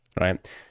right